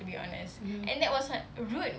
mmhmm